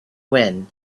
win